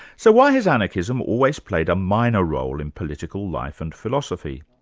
so why has anarchism always played a minor role in political life and philosophy?